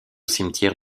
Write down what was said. cimetière